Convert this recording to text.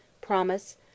promise